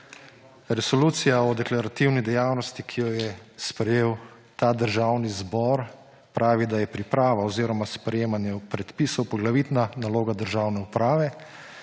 Resolucija o deklarativni dejavnosti, ki jo je sprejel ta državni zbor, pravi, da je priprava oziroma sprejemanje predpisov poglavitna naloga državne uprave,